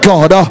God